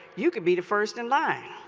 you can be the first in line.